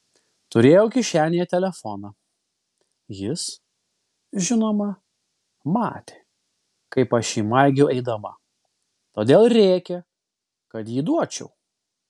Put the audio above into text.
turėjau kišenėje telefoną jis žinoma matė kaip aš jį maigiau eidama todėl rėkė kad jį duočiau